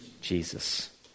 Jesus